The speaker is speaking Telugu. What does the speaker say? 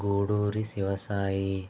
గూడూరి శివసాయి